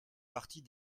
partie